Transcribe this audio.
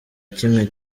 kimwe